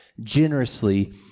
generously